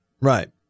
Right